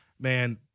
man